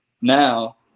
now